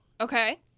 okay